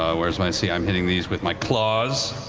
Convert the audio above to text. ah where's my, see i'm hitting these with my claws.